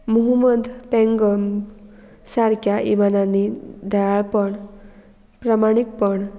मुहम्मद पँगम सारक्या इमानांनी दयाळपण प्रमाणीकपण